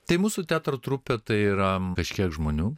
tai mūsų teatro trupė tai yra kažkiek žmonių